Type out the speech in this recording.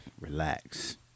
relax